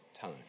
time